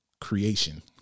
creation